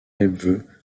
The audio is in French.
nepveu